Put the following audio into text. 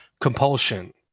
compulsion